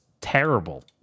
terrible